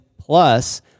plus